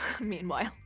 meanwhile